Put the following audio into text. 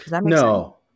No